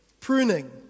Pruning